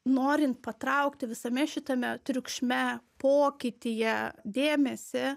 norin patraukti visame šitame triukšme pokytyje dėmesį